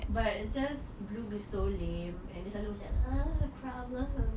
but it's just bloom is so lame and dia macam oh problem